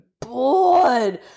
Bored